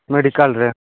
ମେଡ଼ିକାଲ୍ରେ